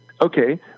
okay